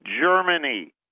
Germany